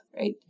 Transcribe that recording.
right